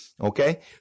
okay